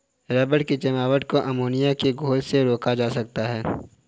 rubber की जमावट को अमोनिया के घोल से रोका जा सकता है